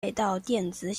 电子